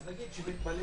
אז נגיד שמתפלל